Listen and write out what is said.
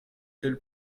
telle